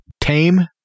tame